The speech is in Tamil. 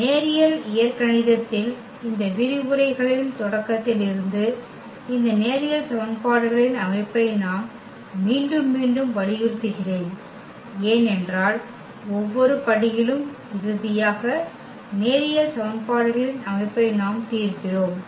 எனவே நேரியல் இயற்கணிதத்தில் இந்த விரிவுரைகளின் தொடக்கத்திலிருந்து இந்த நேரியல் சமன்பாடுகளின் அமைப்பை நான் மீண்டும் மீண்டும் வலியுறுத்துகிறேன் ஏனென்றால் ஒவ்வொரு படியிலும் இறுதியாக நேரியல் சமன்பாடுகளின் அமைப்பை நாம் தீர்க்கிறோம்